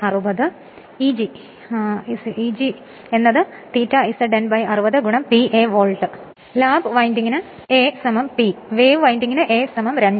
അതിനാൽ Eg ∅ Z N 60 P A volt lap വിൻഡിംഗിന് A P wave വിൻഡിംഗിന് A 2